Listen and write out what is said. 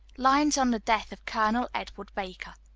lines on the death of colonel edward baker.